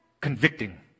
Convicting